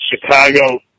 Chicago